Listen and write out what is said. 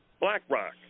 BlackRock